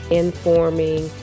informing